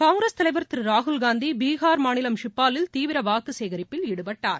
காங்கிரஸ் தலைவர் திரு ராகுல்காந்தி பீகார் மாநிலம் ஷிப்பாலில் தீவிர வாக்கு சேகரிப்பில் ஈடுபட்டார்